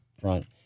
front